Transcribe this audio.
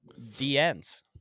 DNs